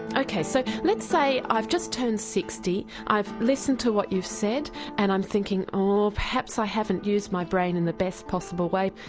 okay, so let's say i've just turned sixty, i've listened to what you've said and i'm thinking, oh, perhaps i haven't used my brain in the best possible way.